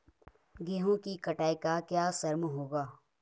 गेहूँ की कटाई का क्या श्रम होगा?